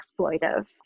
exploitive